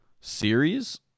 series